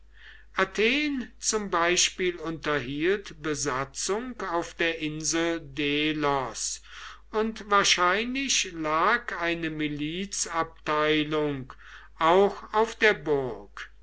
athen zum beispiel unterhielt besatzung auf der insel delos und wahrscheinlich lag eine milizabteilung auch auf der burg